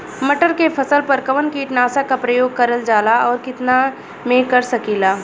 मटर के फसल पर कवन कीटनाशक क प्रयोग करल जाला और कितना में कर सकीला?